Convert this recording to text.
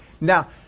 Now